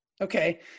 Okay